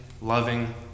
loving